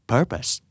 Purpose